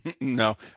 no